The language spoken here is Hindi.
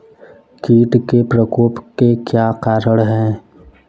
कीट के प्रकोप के क्या कारण हैं?